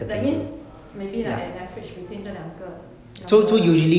that means maybe like at average between 这两个 number lah